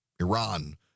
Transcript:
Iran